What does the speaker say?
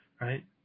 right